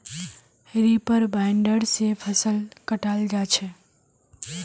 reaper binder से फसल कटाल जा छ